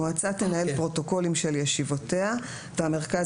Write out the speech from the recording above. המועצה תנהל פרוטוקולים של ישיבותיה והמרכז